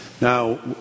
Now